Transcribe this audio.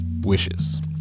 wishes